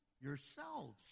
Yourselves